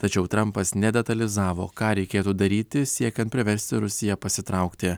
tačiau trampas nedetalizavo ką reikėtų daryti siekiant priversti rusiją pasitraukti